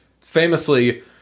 famously